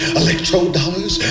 electrodollars